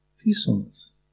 Peacefulness